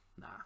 Nah